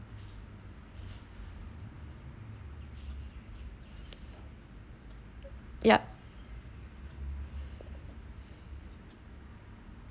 ya